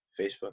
Facebook